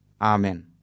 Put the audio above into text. Amen